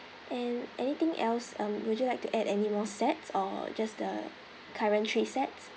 and anything else um would you like to add any more sets or just the current three sets